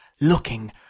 looking